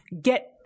get